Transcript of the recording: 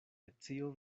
metio